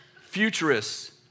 futurists